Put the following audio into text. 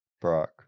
Brock